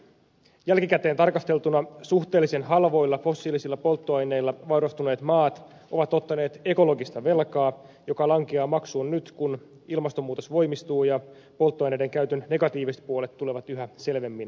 jälkikäteen tarkasteltuna suhteellisen halvoilla fossiilisilla polttoaineilla vaurastuneet maat ovat ottaneet ekologista velkaa joka lankeaa maksuun nyt kun ilmastonmuutos voimistuu ja polttoaineiden käytön negatiiviset puolet tulevat yhä selvemmin esiin